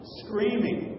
screaming